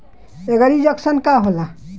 एगरी junction का होला?